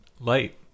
light